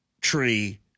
tree